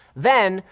then,